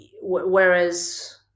whereas